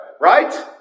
Right